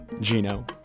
Gino